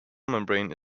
membrane